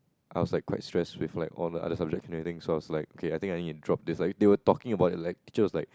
I was like quite stressed with like all the other subjects and everything so I was like okay I think I need to drop this they were talking about it like my teacher was like